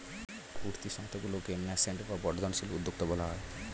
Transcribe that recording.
উঠতি সংস্থাগুলিকে ন্যাসেন্ট বা বর্ধনশীল উদ্যোক্তা বলা হয়